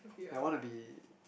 I wanna be